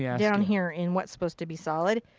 yeah down here in what's supposed to be solid.